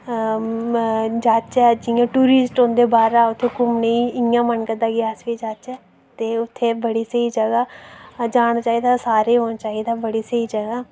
जाह्चै जि'यां टूरिस्ट औंदे बाह्रूं उत्थै घुम्मने गी इ'यां मन करदा कि अस बी जाह्चै ते उत्थै बड़ी स्हेई जगह् जाना चाहिदा सारें औना चाहिदा बड़ी स्हेई जगह्